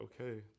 okay